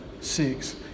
six